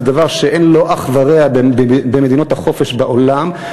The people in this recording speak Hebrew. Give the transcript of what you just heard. וזה דבר שאין לו אח ורע במדינות החופש בעולם.